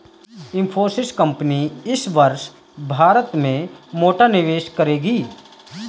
Infosys company इस वर्ष भारत में मोटा निवेश करेगी